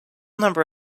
number